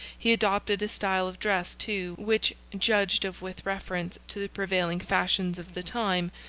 he adopted a style of dress, too, which, judged of with reference to the prevailing fashions of the time,